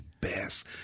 best